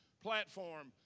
platform